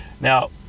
now